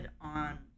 on